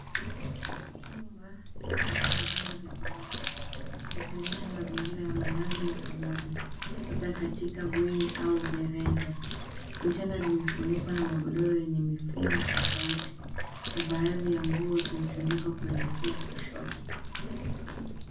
Chumba kina vitanda vingi vya ghorofa. Vikionyesha mazingira ya malazi ya pamoja labda katika bweni au gereza. Vitanda vimefunikwa na magodoro yenye ni mifumo tofauti na baadhi ya nguo zimetundikwa kuelekea kushoto.